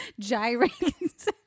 gyrates